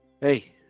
Hey